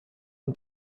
und